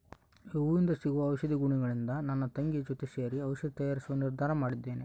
ಈ ಹೂವಿಂದ ಸಿಗುವ ಔಷಧಿ ಗುಣಗಳಿಂದ ನನ್ನ ತಂಗಿಯ ಜೊತೆ ಸೇರಿ ಔಷಧಿ ತಯಾರಿಸುವ ನಿರ್ಧಾರ ಮಾಡಿದ್ದೇನೆ